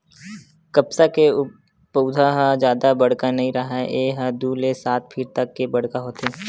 कपसा के पउधा ह जादा बड़का नइ राहय ए ह दू ले सात फीट तक के बड़का होथे